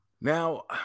Now